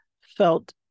felt